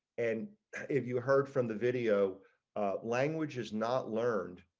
and if you heard from the video language is not learned